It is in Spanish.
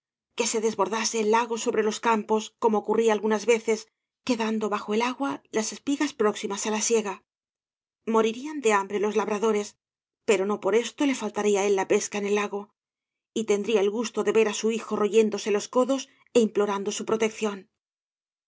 que ge desbordase el lago sobre los campos como ocurría algunas veces quedando bajo el agua las espigas próximas á la siega morirían de hambre los labradores pero no por esto le faltaría á él la pesca en el lago y tendría el gusto de ver á su hijo royéndose los codos é